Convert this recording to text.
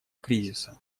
кризиса